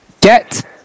Get